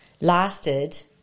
lasted